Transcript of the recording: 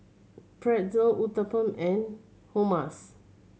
Pretzel Uthapam and Hummus